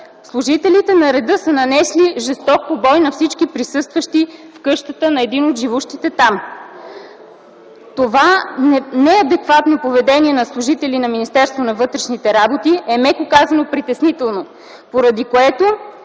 служителите на реда са нанесли жесток побой на всички присъстващи в къщата на един от живущите там. Това неадекватно поведение на служителите на Министерството на вътрешните работи е, меко казано притеснително, поради което